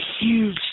huge